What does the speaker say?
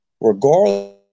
regardless